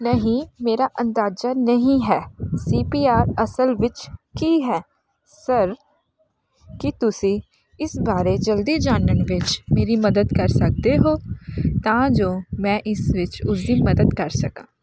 ਨਹੀਂ ਮੇਰਾ ਅੰਦਾਜ਼ਾ ਨਹੀਂ ਹੈ ਸੀ ਪੀ ਆਰ ਅਸਲ ਵਿੱਚ ਕੀ ਹੈ ਸਰ ਕੀ ਤੁਸੀਂ ਇਸ ਬਾਰੇ ਜਲਦੀ ਜਾਣਨ ਵਿੱਚ ਮੇਰੀ ਮਦਦ ਕਰ ਸਕਦੇ ਹੋ ਤਾਂ ਜੋ ਮੈਂ ਇਸ ਵਿੱਚ ਉਸ ਦੀ ਮਦਦ ਕਰ ਸਕਾਂ